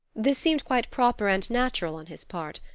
this seemed quite proper and natural on his part.